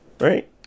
right